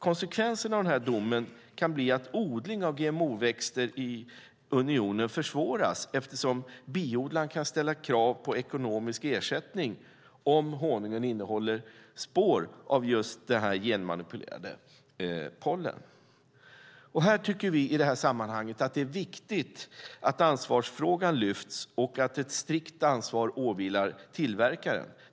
Konsekvensen av den här domen kan bli att odling av GMO-växter i unionen försvåras eftersom biodlaren kan ställa krav på ekonomisk ersättning om honungen innehåller spår av just genmanipulerat pollen. I det här sammanhanget tycker vi att det är viktigt att ansvarsfrågan lyfts fram och att ett strikt ansvar åvilar tillverkaren.